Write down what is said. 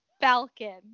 falcon